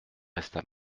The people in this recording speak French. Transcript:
resta